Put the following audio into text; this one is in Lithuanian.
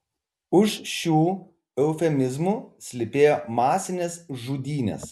už šių eufemizmų slypėjo masinės žudynės